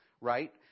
Right